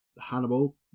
hannibal